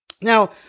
Now